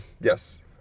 Yes